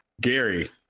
gary